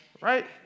right